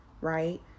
right